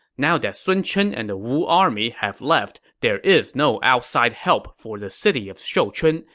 now that sun chen and the wu army have left, there is no outside help for the city of shouchun,